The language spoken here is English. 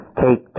take